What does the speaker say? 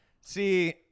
See